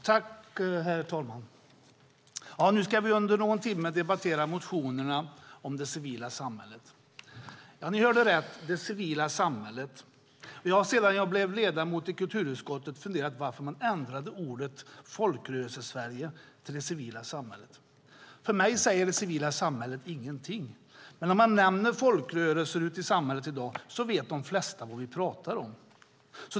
Herr talman! Nu ska vi under någon timme debattera motionerna om det civila samhället. Ja, ni hörde rätt: det civila samhället. Jag har sedan jag blev ledamot i kulturutskottet funderat över varför man ändrade ordet Folkrörelsesverige till det civila samhället. För mig säger det civila samhället ingenting. Men om man nämner folkrörelser ute i samhället i dag vet de flesta vad man pratar om.